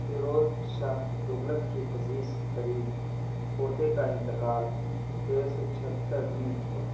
فیروز شاہ تغلق کے عزیز ترین پوتے کا انتقال تیرہ سو چھہتر میں ہوا